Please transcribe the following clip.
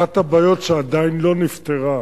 אחת הבעיות שעדיין לא נפתרו